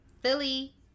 Philly